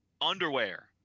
Underwear